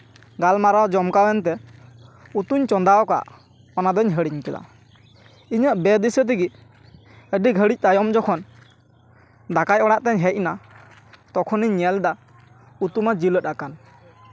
ᱜᱟᱞᱢᱟᱨᱟᱣ ᱡᱚᱢᱠᱟᱣ ᱮᱱ ᱛᱮ ᱩᱛᱩᱧ ᱪᱚᱸᱫᱟ ᱠᱟᱜ ᱚᱱᱟ ᱫᱩᱧ ᱦᱤᱲᱤᱧ ᱠᱮᱫᱟ ᱤᱧᱟᱹᱜ ᱵᱮ ᱫᱤᱥᱟᱹ ᱛᱮᱜᱮ ᱟᱹᱰᱤ ᱜᱷᱟᱹᱲᱤᱡ ᱛᱟᱭᱚᱢ ᱡᱚᱠᱷᱚᱱ ᱫᱟᱠᱟᱭ ᱚᱲᱟᱜ ᱛᱮᱧ ᱦᱮᱡ ᱮᱱᱟ ᱛᱚᱠᱷᱚᱱᱤᱧ ᱧᱮᱞ ᱮᱫᱟ ᱩᱛᱩᱢᱟ ᱡᱤᱞᱟᱹᱛ ᱟᱠᱟᱱ